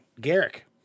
Garrick